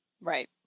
Right